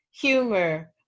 humor